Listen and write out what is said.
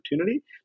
opportunity